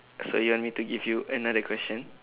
so you want me to give you another question